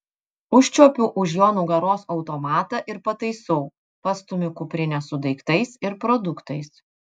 užčiuopiu už jo nugaros automatą ir pataisau pastumiu kuprinę su daiktais ir produktais